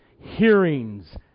hearings